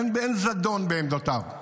אין זדון בעמדותיו,